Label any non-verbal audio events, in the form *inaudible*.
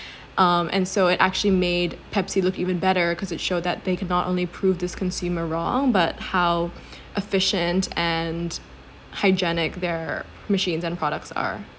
um and so it actually made Pepsi look even better cause it's showed that they can not only prove this consumer wrong but how *breath* efficient and hygienic their machines and products are